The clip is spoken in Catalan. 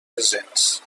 presents